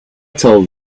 told